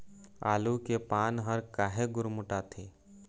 आलू के पान हर काहे गुरमुटाथे?